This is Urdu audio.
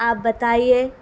آپ بتائیے